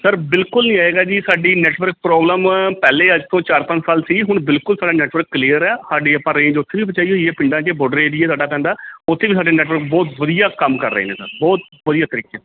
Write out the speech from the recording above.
sir ਬਿਲਕੁਲ ਨਹੀਂ ਆਏਗਾ ਜੀ ਸਾਡੀ ਨੈਟਵਰਕ ਪ੍ਰੋਬਲਮ ਪਹਿਲੇ ਅੱਜ ਤੋਂ ਚਾਰ ਪੰਜ ਸਾਲ ਸੀ ਹੁਣ ਬਿਲਕੁਲ ਸਾਡਾ ਨੈਟਵਰਕ ਕਲੀਅਰ ਹੈ ਸਾਡੀ ਆਪਾਂ ਰੇਂਜ ਉੱਥੇ ਵੀ ਪਹੁੰਚਾਈ ਹੋਈ ਹੈ ਪਿੰਡਾਂ 'ਚ ਬਾਰਡਰ ਏਰੀਏ ਸਾਡਾ ਪੈਂਦਾ ਉੱਥੇ ਵੀ ਸਾਡੇ ਨੈਟਵਰਕ ਬਹੁਤ ਵਧੀਆ ਕੰਮ ਕਰ ਰਹੇ ਨੇ ਸਰ ਬਹੁਤ ਵਧੀਆ ਤਰੀਕੇ